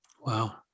Wow